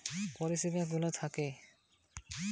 পর্যটনের ব্যবসার সময় যে সব চেকের পরিষেবা গুলা থাকে